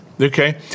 okay